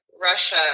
Russia